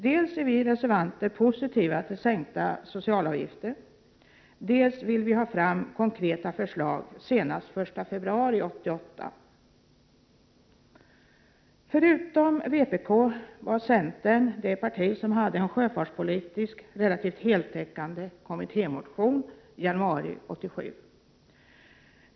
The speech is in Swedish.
Dels är vi reservanter positiva till en sänkning av de sociala avgifterna, dels vill vi ha fram vissa konkreta förslag senast den 1 februari 1988. Förutom vpk var centern det enda parti som i januari 1987 väckte en relativt heltäckande sjöfartspolitisk kommittémotion.